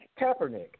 Kaepernick